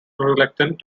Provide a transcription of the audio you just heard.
reluctant